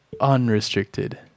unrestricted